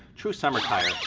true summer tyre.